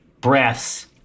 breaths